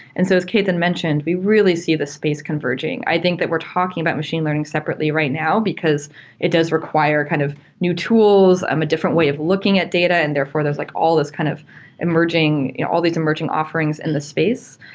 and so as ketan mentioned, we really see this space converging. i think that we're talking about machine learning separately right now because it does require kind of new tools, um a different way of looking at data, and therefore there's like all these kind of emerging all these emerging offerings in the space.